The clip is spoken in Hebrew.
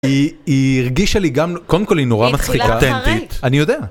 היא היא הרגישה לי גם, קודם כל היא נורא מצחיקה, אותנטית, אני יודע.